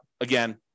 again